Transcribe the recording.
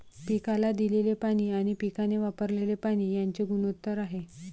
पिकाला दिलेले पाणी आणि पिकाने वापरलेले पाणी यांचे गुणोत्तर आहे